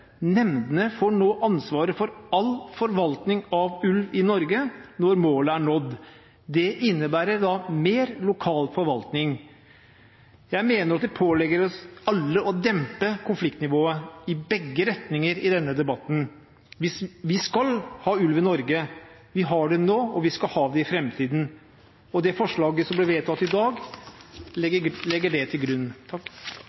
Nemndene får nå ansvaret for all forvaltning av ulv i Norge når målet er nådd. Det innebærer mer lokal forvaltning. Jeg mener at det pålegger oss alle å dempe konfliktnivået i begge retninger i denne debatten. Vi skal ha ulv i Norge, vi har det nå, og vi skal ha det i framtiden. Og det som vedtas i dag,